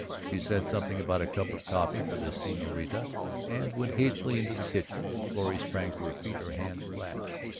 she said something about a cup of coffee for the senorita and went hastily into the kitchen. florrie sprang to her feet, her hands clasped.